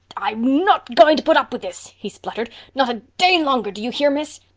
i'm not going to put up with this, he spluttered, not a day longer, do you hear, miss.